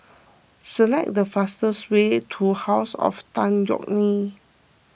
select the fastest way to House of Tan Yeok Nee